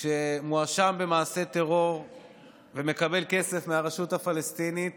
שמואשם במעשה טרור ומקבל כסף מהרשות הפלסטינית